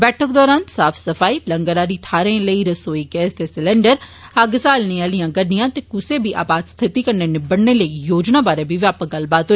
बैठक दौरान साफ सफाई लंगर आली थाहरें लेई रसोई गैस दे सलैंडर अग्ग सहालने आली गड्डियां ते कुसै बी आपात स्थिति कन्नै निबड़ने लेई योजना बारै बी व्यापक गल्लबात होई